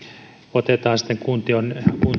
otetaan sitten kuntien